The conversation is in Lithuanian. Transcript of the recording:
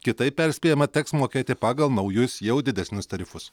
kitaip perspėjama teks mokėti pagal naujus jau didesnius tarifus